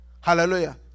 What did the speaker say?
Hallelujah